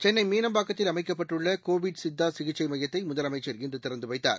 சென்னை மீனம்பாக்கத்தில் அமைக்கப்பட்டுள்ள கோவிட் சித்தா சிகிச்சை மையத்தை முதலமைச்சி இன்று திறந்து வைத்தார்